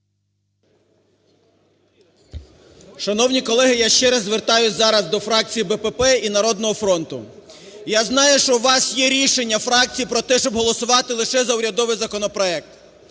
Шановні колеги! Я ще раз звертаюсь зараз до фракцій БПП і "Народного фронту". Я знаю, що у вас є рішення фракцій про те, щоб голосувати лише за урядовий законопроект.